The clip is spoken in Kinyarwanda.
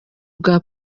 bwa